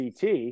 CT